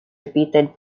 repeated